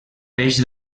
peix